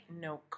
no